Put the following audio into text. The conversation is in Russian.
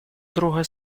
друга